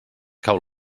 cau